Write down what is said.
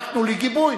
רק תנו לי גיבוי.